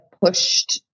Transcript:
pushed